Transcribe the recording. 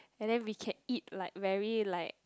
and then we can eat like very like